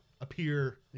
appear